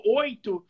oito